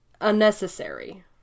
unnecessary